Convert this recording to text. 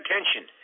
attention